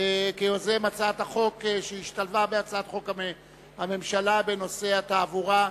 כיוזם הצעת החוק שהשתלבה בהצעת חוק הממשלה בנושא התעבורה,